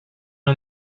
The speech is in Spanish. una